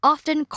Often